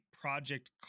project